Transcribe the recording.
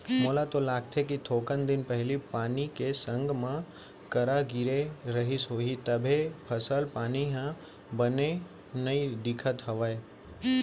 मोला तो लागथे कि थोकन दिन पहिली पानी के संग मा करा गिरे रहिस होही तभे फसल पानी ह बने नइ दिखत हवय